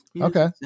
Okay